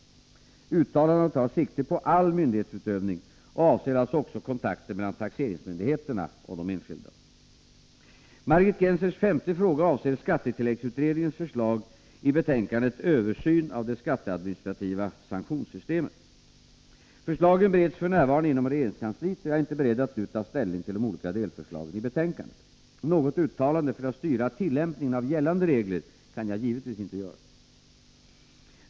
Uttalandena tar sikte på all myndighetsutövning och avser alltså också kontakten mellan taxeringsmyndigheterna och de enskilda. Margit Gennsers femte fråga avser skattetilläggsutredningens förslag i betänkandet Översyn av det skatteadministrativa sanktionssystemet. Förslagen bereds f.n. inom regeringskansliet, och jag är inte beredd att nu ta ställning till de olika delförslagen i betänkandet. Något uttalande för att styra tillämpningen av gällande regler kan jag givetvis inte göra.